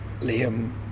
liam